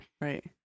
Right